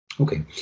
Okay